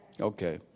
Okay